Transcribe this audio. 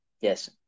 Yes